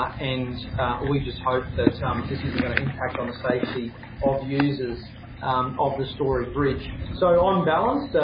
and we just hope that this isn't going to impact on the safety of users of the story bridge. so, on balance, so